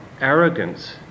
Arrogance